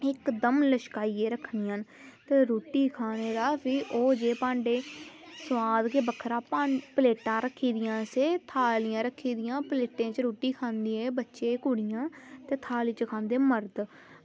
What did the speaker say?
इक्कदम लश्काइयै रक्खनियां न ते भी रुट्टी खाने दा भी ओह् जेहा सोआद गै बक्खरा प्लेटां रक्खनियां असें थालियां रक्खी दियां असें प्लेटें च रुट्टी खंदे बच्चे कुड़ियां ते थाली च खंदे मर्द